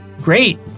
great